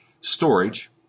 storage